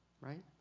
Right